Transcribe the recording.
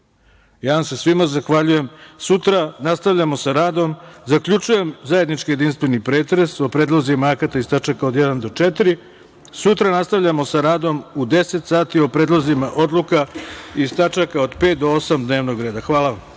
vam se svima zahvaljujem. Sutra nastavljamo sa radom. Zaključujem zajednički jedinstveni pretres o predlozima akata iz tačaka od 1. do 4.Sutra nastavljamo sa radom u 10.00 sati o predlozima odluka iz tačaka od 5. do 8. dnevnog reda. Hvala